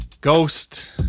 Ghost